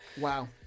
Wow